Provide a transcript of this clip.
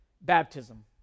baptism